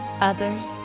Others